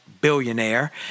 billionaire